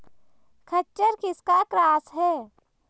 खच्चर किसका क्रास है?